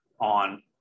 on